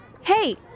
Hey